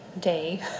day